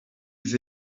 yüz